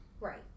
right